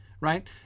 right